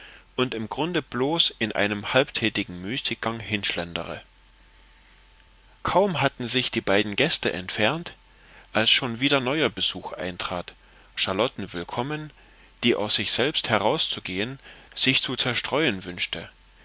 und im grunde bloß in einem halbtätigen müßiggang hinschlendere kaum hatten sich die beiden gäste entfernt als schon wieder neuer besuch eintraf charlotten willkommen die aus sich selbst herauszugehen sich zu zerstreuen wünschte